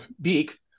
Beak